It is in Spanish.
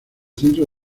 centro